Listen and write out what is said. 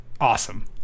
Awesome